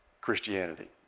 Christianity